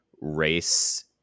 race